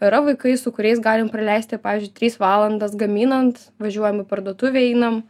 yra vaikai su kuriais galim praleisti pavyzdžiui trys valandas gaminant važiuojam į parduotuvę einam